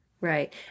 Right